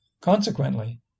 Consequently